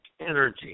energy